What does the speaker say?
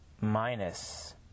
minus